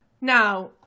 Now